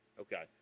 Okay